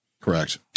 Correct